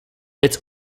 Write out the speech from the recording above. it’s